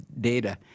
data